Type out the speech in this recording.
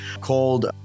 called